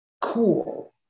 cool